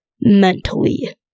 mentally